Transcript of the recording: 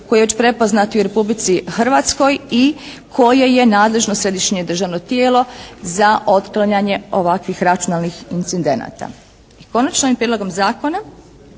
koji je već prepoznat i u Republici Hrvatskoj i koje je nadležno središnje državno tijelo za otklanjanje ovakvih računalnih incidenata. Konačno ovim prijedlogom zakona